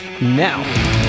now